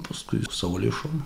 paskui savo lėšom